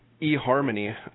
e-harmony